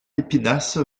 espinasse